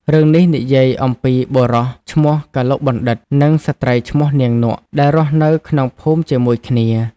រឿងនេះនិយាយអំពីបុរសឈ្មោះ កឡុកបណ្ឌិត្យ និងស្ត្រីឈ្មោះ នាងនក់ ដែលរស់នៅក្នុងភូមិជាមួយគ្នា។